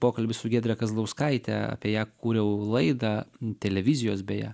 pokalbis su giedre kazlauskaite apie ją kūriau laidą televizijos beje